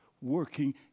working